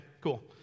cool